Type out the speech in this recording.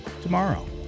tomorrow